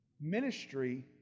Ministry